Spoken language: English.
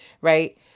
Right